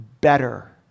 better